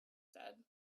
said